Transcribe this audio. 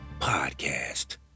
podcast